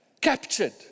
captured